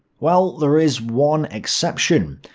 well, there is one exception.